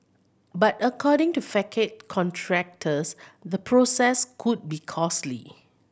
but according to facade contractors the process could be costly